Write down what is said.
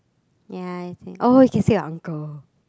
ya I think oh you can say your uncle